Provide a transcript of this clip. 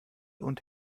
und